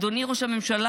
אדוני ראש הממשלה,